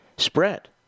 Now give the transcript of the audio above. spread